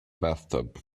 bathtub